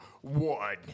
one